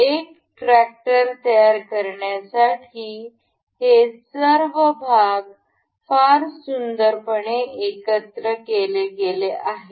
एक ट्रॅक्टर तयार करण्यासाठी हे सर्व भाग फार सुंदरपणे एकत्र केले गेले आहे